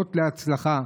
קמעות להצלחה.